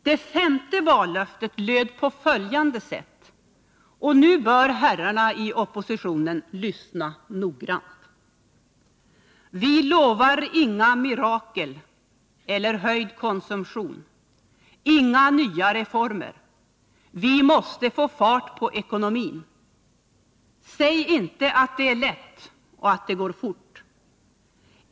Det femte vallöftet löd på följande sätt — och nu bör herrarna i oppositionen lyssna noggrant: ”Vilovar inga mirakel eller höjd konsumtion, inga nya reformer. Vi måste få fart på ekonomin. Säg inte att det är lätt och att det går fort.